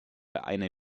eine